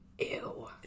Ew